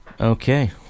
Okay